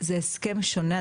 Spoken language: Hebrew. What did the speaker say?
זה הסכם שונה,